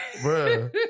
bro